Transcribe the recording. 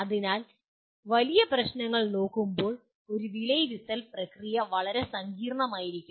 അതിനാൽ വലിയ പ്രശ് നങ്ങൾ നോക്കുമ്പോൾ ഒരു വിലയിരുത്തൽ പ്രക്രിയ വളരെ സങ്കീർണ്ണമായിരിക്കും